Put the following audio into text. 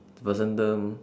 vasantham